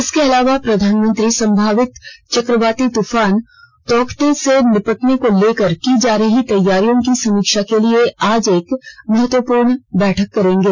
इसके अलावे प्रधानमंत्री संभावित चक्रवाती तूफान तौकते से निपटने को लेकर की जा रही तैयारियों की समीक्षा के लिए आज एक महत्वपूर्ण बैठक करेंगे